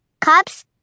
cups